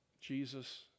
Jesus